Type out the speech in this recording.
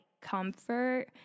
comfort